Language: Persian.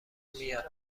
میاد